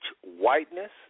whiteness